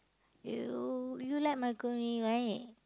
you you like macaroni right